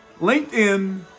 LinkedIn